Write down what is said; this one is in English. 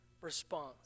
response